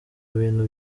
bintu